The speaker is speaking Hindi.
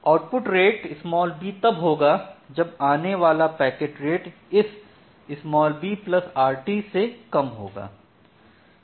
आउटपुट रेट b तब होगा जब आने वाला पैकेट रेट इस brt से कम होगा